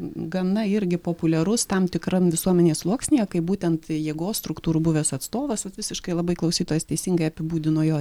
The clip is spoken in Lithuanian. gana irgi populiarus tam tikram visuomenės sluoksnyje kaip būtent jėgos struktūrų buvęs atstovas vat visiškai labai klausytojas teisingai apibūdino jo